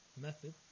method